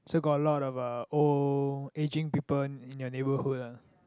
so got lot of uh old aging people in in your neighborhood ah